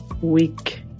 week